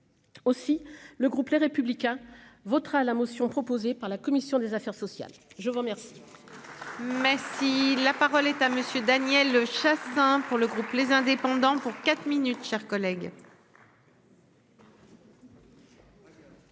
Aussi, le groupe Les Républicains votera la motion proposée par la commission des affaires sociales, je vous remercie.